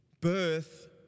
birth